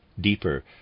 deeper